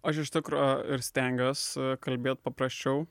aš iš tikro ir stengiuos kalbėt paprasčiau